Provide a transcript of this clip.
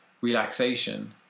relaxation